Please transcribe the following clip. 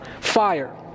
fire